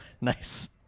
nice